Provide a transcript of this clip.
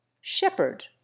shepherd